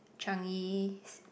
Changi ci~